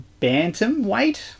Bantamweight